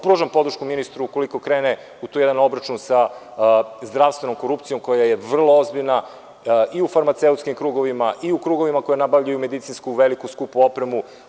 Pružam podršku ministru ukoliko krene u taj jedan obračun sa zdravstvenom korupcijom, koja je vrlo ozbiljna, i u farmaceutskim krugovima i u krugovima koji nabavljaju medicinsku veliku i skupu opremu.